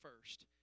first